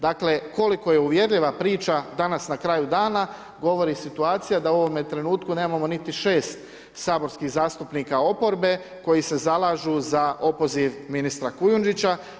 Dakle, koliko je uvjerljiva priča danas na kraju dana govori situacija da u ovome trenutku nemamo niti 6 saborskih zastupnika oporbe koji se zalažu za opoziv ministra Kujundžića.